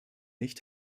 nicht